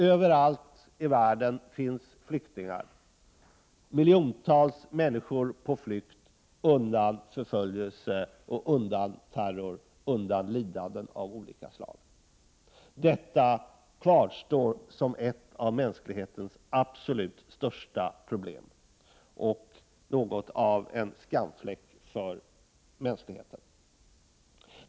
Överallt i världen finns det flyktingar, miljontals människor på flykt undan förföljelse, terror och lidanden av olika slag. Detta kvarstår som ett av mänsklighetens absolut största problem och något av en skamfläck för mänskligheten.